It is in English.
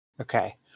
Okay